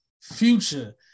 Future